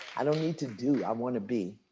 i don't need to do. i wanna be.